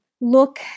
look